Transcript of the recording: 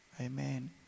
Amen